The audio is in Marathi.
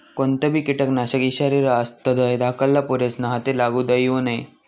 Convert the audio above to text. कोणतंबी किटकनाशक ईषारी रहास तधय धाकल्ला पोरेस्ना हाते लागू देवो नै